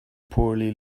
poorly